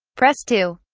press two.